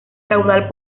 caudal